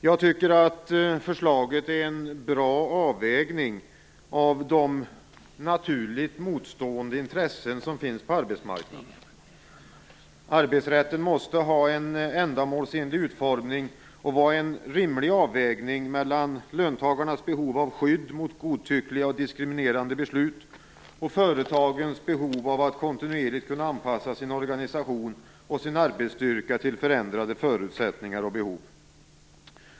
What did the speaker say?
Jag tycker att förslaget är en bra avvägning av de naturligt motstående intressen som finns på arbetsmarknaden. Arbetsrätten måste ha en ändamålsenlig utformning och vara en rimlig avvägning mellan löntagarnas behov av skydd mot godtyckliga och diskriminerande beslut och företagens behov av att kontinuerligt kunna anpassa sin organisation och sin arbetsstyrka till förändrade förutsättningar och behov.